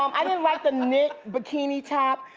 i didn't like the knit bikini top.